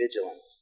vigilance